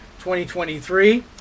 2023